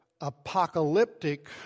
apocalyptic